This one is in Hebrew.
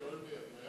אולמֶרט, אולמֶרט.